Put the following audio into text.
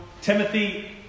Timothy